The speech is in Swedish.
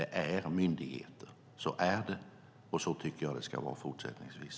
Så är det, och så tycker jag att det ska vara fortsättningsvis.